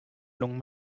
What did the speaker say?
lungen